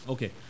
Okay